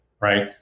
right